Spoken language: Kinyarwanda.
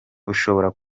ushobora